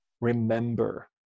remember